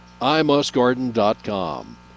imusgarden.com